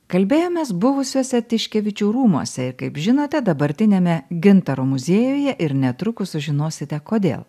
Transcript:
kalbėjomės buvusiuose tiškevičių rūmuose ir kaip žinote dabartiniame gintaro muziejuje ir netrukus sužinosite kodėl